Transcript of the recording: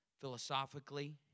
philosophically